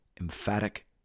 emphatic